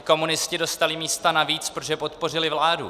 Komunisté dostali místa navíc, protože podpořili vládu.